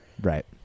Right